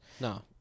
No